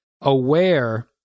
aware